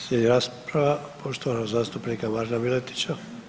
Slijedi rasprava poštovanog zastupnika Marina Miletića.